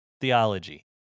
theology